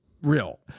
Real